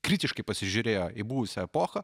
kritiškai pasižiūrėjo į buvusią epochą